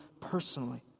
personally